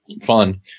fun